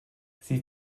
sie